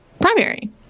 primary